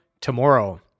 tomorrow